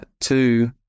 two